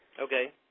Okay